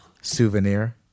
souvenir